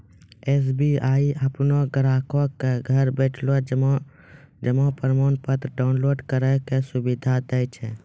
SBI अपनो ग्राहको क घर बैठले जमा प्रमाणपत्र डाउनलोड करै के सुविधा दै छै